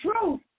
truth